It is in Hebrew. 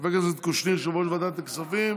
יושב-ראש ועדת הכספים,